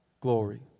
glory